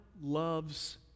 loves